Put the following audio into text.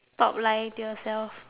stop lying to yourself